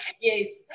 Yes